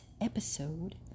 episode